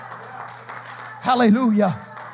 Hallelujah